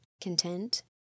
content